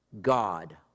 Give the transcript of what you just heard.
God